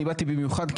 אני באתי במיוחד.